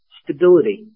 stability